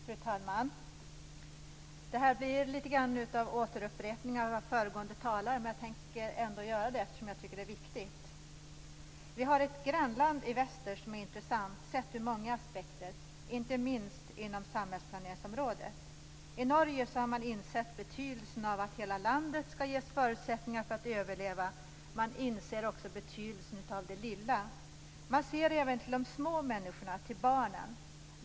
Fru talman! Det blir lite grann återupprepningar av vad föregående talare har sagt. Men jag tänker ändå göra det, eftersom jag tycker att det är viktigt. Vi har ett grannland i väster som är intressant sett ur många aspekter inte minst inom samhällsplaneringsområdet. I Norge har man insett betydelsen av att hela landet skall ges förutsättningar att överleva. Man inser också betydelsen av det lilla. Man ser även till de små människorna, till barnen.